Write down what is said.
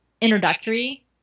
introductory